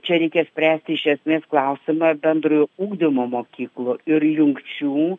čia reikės spręsti iš esmės klausimą bendrojo ugdymo mokyklų ir jungčių